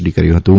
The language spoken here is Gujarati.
ડી કર્યુ હતું